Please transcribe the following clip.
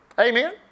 Amen